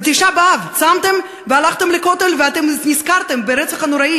בתשעה באב צמתם והלכתם לכותל ונזכרתם ברצח הנורא,